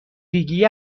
ریگی